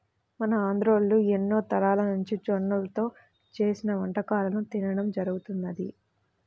మన ఆంధ్రోల్లు ఎన్నో తరాలనుంచి జొన్నల్తో చేసిన వంటకాలను తినడం జరుగతంది